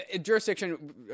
Jurisdiction